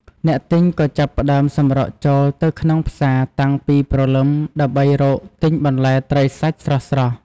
អ្នកទិញក៏ចាប់ផ្តើមសម្រុកចូលទៅក្នុងផ្សារតាំងពីព្រលឹមដើម្បីរកទិញបន្លែត្រីសាច់ស្រស់ៗ។